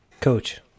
Coach